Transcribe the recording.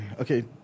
Okay